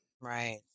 right